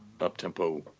up-tempo